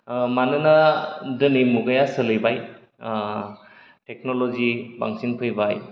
ओ मानोना दिनै मुगाया सोलायबाय टेकन'लजि बांसिन फैबाय